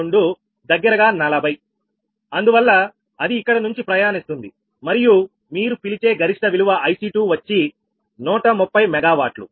92 దగ్గరగా 40 అందువల్ల అది ఇక్కడ నుంచి ప్రయాణిస్తుంది మరియు మీరు పిలిచే గరిష్ట విలువ IC2 వచ్చి 130 𝑀W